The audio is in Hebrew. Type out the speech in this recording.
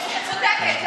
היא צודקת.